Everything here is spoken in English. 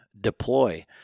Deploy